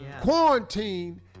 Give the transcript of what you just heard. Quarantine